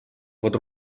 под